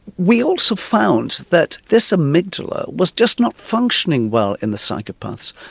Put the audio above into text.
we also found that this amygdala was just not functioning well in the psychopaths.